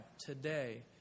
today